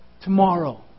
Tomorrow